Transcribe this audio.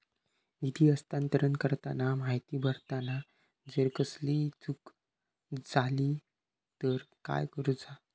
निधी हस्तांतरण करताना माहिती भरताना जर कसलीय चूक जाली तर काय करूचा?